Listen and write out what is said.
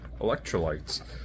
electrolytes